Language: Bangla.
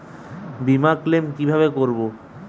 বিমা ক্লেম কিভাবে করব?